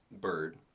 bird